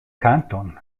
kanton